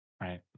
right